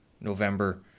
November